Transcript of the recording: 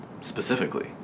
specifically